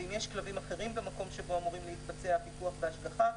ואם יש כלבים אחרים במקום שבו אמורים להתבצע הפיקוח וההשגחה,